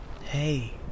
hey